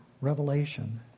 revelation